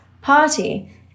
party